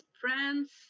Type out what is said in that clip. France